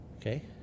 Okay